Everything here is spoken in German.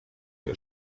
wir